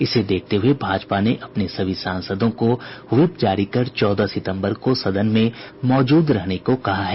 इसे देखते हुए भाजपा ने अपने सभी सांसदों को व्हीप जारी कर चौदह सितम्बर को सदन में मौजूद रहने को कहा है